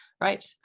right